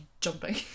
jumping